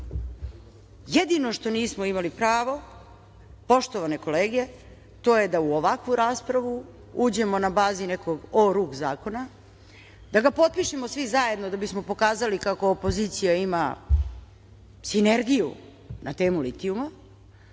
mene. Jedino što nismo imali pravo, poštovane kolege, to je da u ovakvu raspravu uđemo na bazi nekog oruk zakona, da ga potpišemo svi zajedno da bismo pokazali kako opozicija ima sinergiju na temu litijuma.